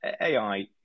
AI